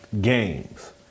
games